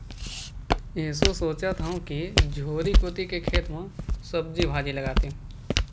एसो सोचत हँव कि झोरी कोती के खेत म सब्जी भाजी लगातेंव